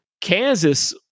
Kansas